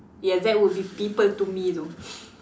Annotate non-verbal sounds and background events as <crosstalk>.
yes that would be people to me though <breath>